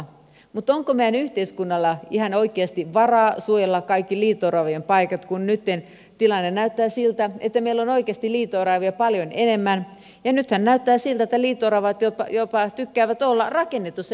mutta onko meidän yhteiskunnalla ihan oikeasti varaa suojella kaikki liito oravien paikat kun nytten tilanne näyttää siltä että meillä on oikeasti liito oravia paljon enemmän ja nythän näyttää siltä että liito oravat jopa tykkäävät olla rakennetussa ympäristössä